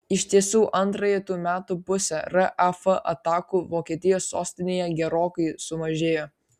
iš tiesų antrąją tų metų pusę raf atakų vokietijos sostinėje gerokai sumažėjo